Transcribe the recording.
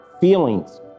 feelings